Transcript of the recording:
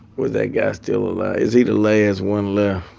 was that guy still alive? is he the last one left?